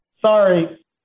sorry